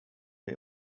mir